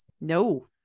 No